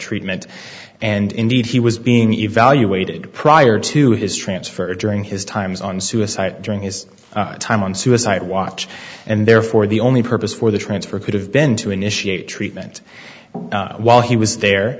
treatment and indeed he was being evaluated prior to his transfer during his times on suicide during his time on suicide watch and therefore the only purpose for the transfer could have been to initiate treatment while he was there